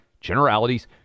generalities